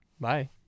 Bye